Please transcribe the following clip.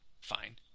fine